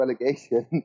relegation